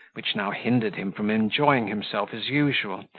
which now hindered him from enjoying himself as usual,